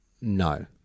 No